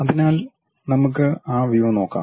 അതിനാൽ നമുക്ക് ആ വ്യൂ നോക്കാം